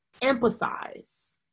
empathize